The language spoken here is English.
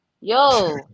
Yo